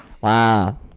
Wow